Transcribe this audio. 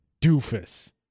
doofus